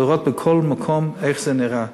לראות בכל מקום איך זה נראה.